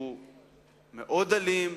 שהוא מאוד אלים,